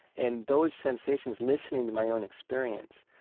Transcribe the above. and those sensations, listening to my own experience,